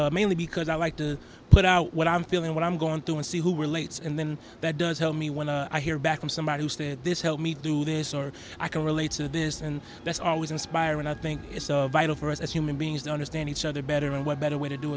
because mainly be because i like to put out what i'm feeling what i'm going through and see who were late and then that does help me when i hear back from somebody who said this help me do this or i can relate to this and that's always inspiring i think it's so vital for us as human beings to understand each other better and what better way to do